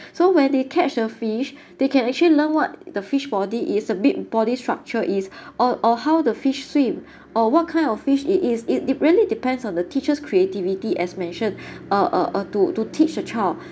so when they catch a fish they can actually learn what the fish body is a bit body structure is or or how the fish swim or what kind of fish it is it really depends on the teacher's creativity as mentioned uh uh uh to to teach a child